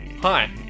Hi